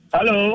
Hello